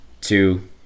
two